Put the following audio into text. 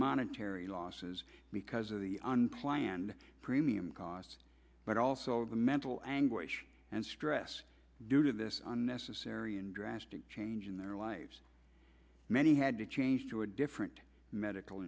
monetary losses because of the unplanned premium costs but also the mental anguish and stress due to this unnecessary and drastic change in their lives many had to change to a different medical